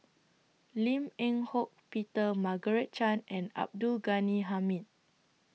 Lim Eng Hock Peter Margaret Chan and Abdul Ghani Hamid